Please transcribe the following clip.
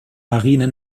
marine